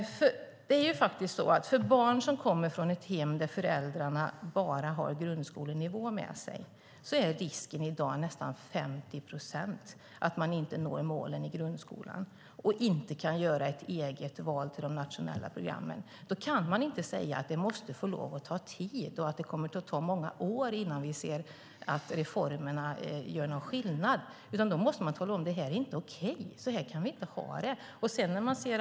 För barn som kommer från hem där föräldrarna bara har grundskoleutbildning är risken i dag nästan 50 procent att de inte når målen i grundskolan och inte kan göra något eget val till de nationella programmen. Då kan man inte säga att det måste få lov att ta tid och att det kommer att ta många år innan vi ser att reformerna gör någon skillnad, utan då måste man tala om att det inte är okej och att vi inte kan ha det så här.